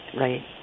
Right